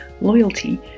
loyalty